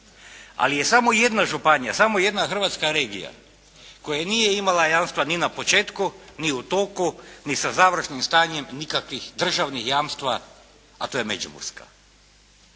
Ali je samo jedna županija, samo jedna hrvatska regija koja nije imala jamstva ni na početku, ni u toku, ni sa završnim stanjem nikakvih državnih jamstva, a to je Međimurska.